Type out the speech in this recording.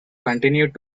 continued